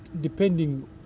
depending